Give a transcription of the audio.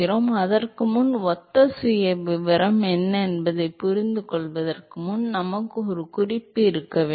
எனவே அதற்கு முன் ஒத்த சுயவிவரம் என்ன என்பதைப் புரிந்துகொள்வதற்கு முன்பு நமக்கு ஒரு குறிப்பு இருக்க வேண்டும்